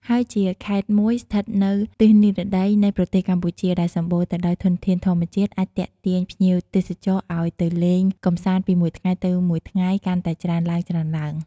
ហើយជាខេត្តមួយស្ថិតនៅទិសនិរតីនៃប្រទេសកម្ពុជាដែលសម្បូរទៅដោយធនធានធម្មជាតិអាចទាក់ទាញភ្ញៀវទេសចរឱ្យទៅលេងកម្សាន្តពីមួយថ្ងៃទៅមួយថ្ងៃកាន់តែច្រើនឡើងៗ។